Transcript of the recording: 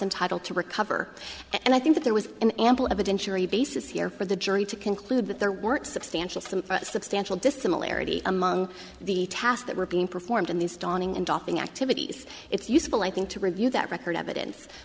entitled to recover and i think that there was an ample evidence basis here for the jury to conclude that there weren't substantial some substantial dissimilarities among the task that were being performed in these dawning and doffing activities it's useful i think to review that record evidence